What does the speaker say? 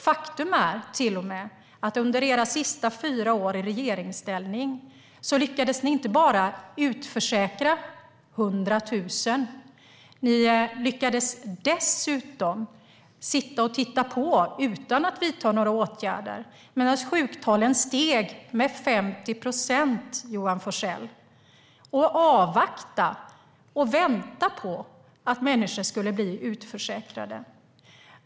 Faktum är till och med att under era sista fyra år i regeringsställning lyckades ni inte bara utförsäkra 100 000, utan ni lyckades dessutom sitta och titta på utan att vidta några åtgärder medan sjuktalen steg med 50 procent, Johan Forssell. Ni väntade på att människor skulle bli utförsäkrade.